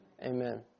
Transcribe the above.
Amen